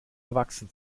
erwachsen